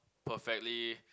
perfectly